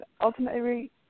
ultimately